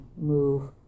move